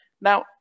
Now